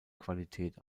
qualität